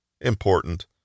important